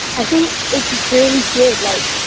i think it's really good. like,